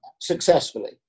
successfully